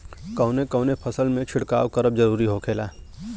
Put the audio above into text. कवने कवने फसल में छिड़काव करब जरूरी होखेला?